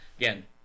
Again